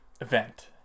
event